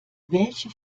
welche